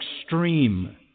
extreme